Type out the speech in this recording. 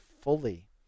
fully